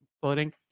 floating